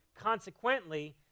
Consequently